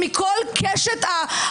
היום כ"ב בשבט התשפ"ג.